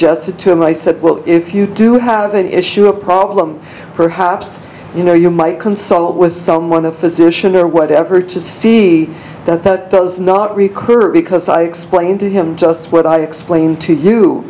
suggested to him i said well if you do have an issue a problem perhaps you know you might consult with someone a physician or whatever to see that that does not recur because i explained to him just what i explained to